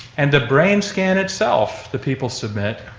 and the brain scan itself, the people submit,